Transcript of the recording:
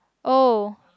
oh